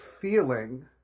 feeling